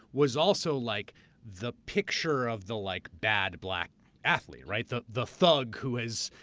was also like the picture of the like bad black athlete, right? the the thug who has,